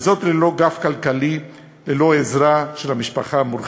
וזאת ללא גב כלכלי, ללא עזרה של המשפחה המורחבת.